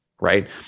right